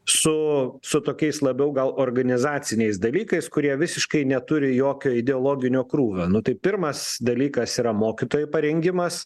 su su tokiais labiau gal organizaciniais dalykais kurie visiškai neturi jokio ideologinio krūvio nu tai pirmas dalykas yra mokytojų parengimas